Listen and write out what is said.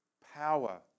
power